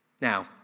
Now